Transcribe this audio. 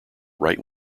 right